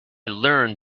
learned